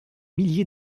milliers